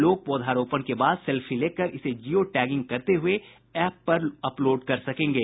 लोग पौधारोपण के बाद सेल्फी लेकर इसे जीयो टैगिंग करते हुए एप अपलोड कर सकेंगे